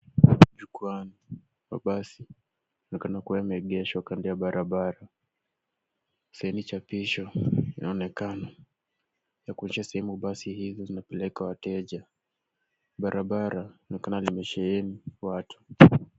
Jukwaani, mabasi yanaonekana kuwa yameegeshwa kando ya barabara. Saini chapisho inaonekana ya kuonyesha sehemu hii inapeleka wateja. Barabara inaonekana limesheheni watu.